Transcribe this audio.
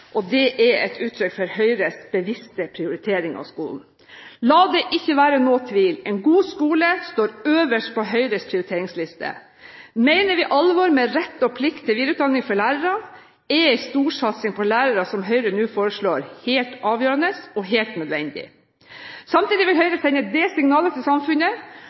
og det er et uttrykk for Høyres bevisste prioritering av skolen. La det ikke være noen tvil: En god skole står øverst på Høyres prioriteringsliste. Mener vi alvor med rett og plikt til videreutdanning for lærere, er en storsatsing på lærere, som Høyre nå foreslår, helt avgjørende og helt nødvendig. Samtidig vil Høyre sende det signalet til samfunnet